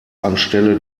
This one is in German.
anstelle